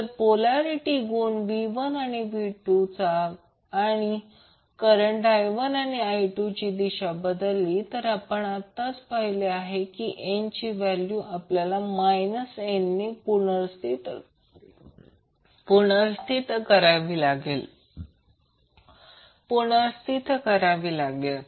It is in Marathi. जर पोलारिटी गुण V1 किंवा V2 चा किंवा करंट I1 किंवा I2 ची दिशा बदलली तर आत्ताच आपण पाहिले n ची व्हॅल्यू आपल्याला n ने पुनर्स्थित करावी लागेल